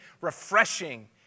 refreshing